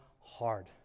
hard